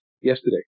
yesterday